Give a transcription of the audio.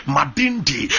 Madindi